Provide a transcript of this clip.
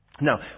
Now